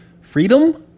freedom